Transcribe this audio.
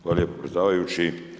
Hvala lijepo predsjedavajući.